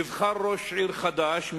נבחר ראש עיר חדש,